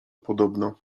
podobno